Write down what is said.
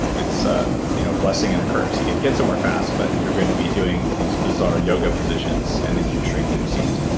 it's a you know blessing and a curse. you get to get somewhere fast, but you're going to be doing these bizarre yoga positions and they keep shrinking the seats.